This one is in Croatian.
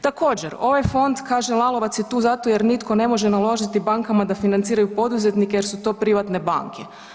Također, ovaj fond kaže Lalovac je tu zato jer nitko ne može naložiti bankama da financiraju poduzetnike jer su to privatne banke.